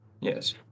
Yes